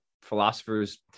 philosophers